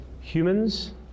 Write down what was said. humans